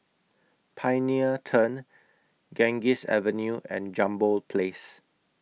Pioneer Turn Ganges Avenue and Jambol Place